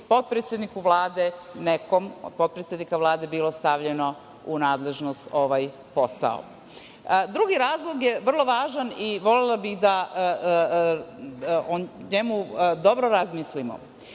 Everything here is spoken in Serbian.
bi potpredsedniku Vlade, nekom od potpredsednika, bio stavljen u nadležnost ovaj posao. Drugi razlog je vrlo važan i volela bih da o njemu dobro razmislimo.